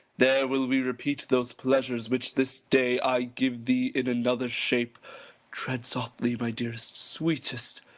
there will we repeat those pleasures which this day i gave thee in another shape tread softly, my dearest, sweetest!